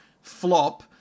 flop